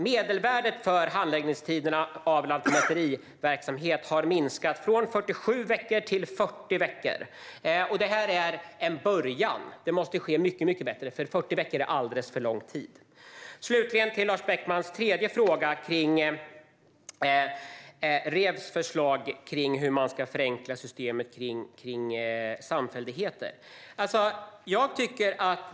Medelvärdet för handläggningstiderna av lantmäteriverksamhet har minskat från 47 veckor till 40 veckor. Detta är en början. Men det måste ske mycket snabbare, för 40 veckor är alldeles för lång tid. Slutligen har vi Lars Beckmans tredje fråga om Revs förslag om hur systemet med samfälligheter ska förenklas.